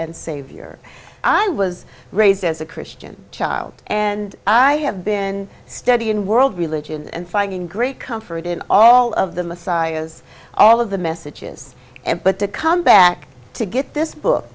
and savior i was raised as a christian child and i have been studying world religions and finding great comfort in all of the messiah's all of the messages and but to come back to get this book